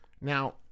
Now